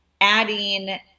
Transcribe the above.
adding